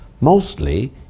mostly